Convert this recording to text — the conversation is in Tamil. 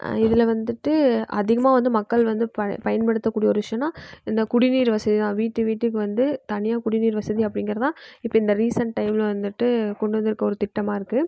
இதில் வந்துட்டு அதிகமாக வந்து மக்கள் வந்து பயன்படுத்தக்கூடிய ஒரு விஷயனா இந்த குடிநீர் வசதிதான் வீட்டுக்கு வீட்டுக்கு வந்து தனியாக குடிநீர் வசதி அப்படிங்கறதான் இப்போ இந்த ரீசெண்ட் டைமில் வந்துட்டு கொண்டு வந்திருக்க ஒரு திட்டமாக இருக்குது